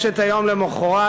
יש היום למחרת,